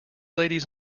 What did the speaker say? ladies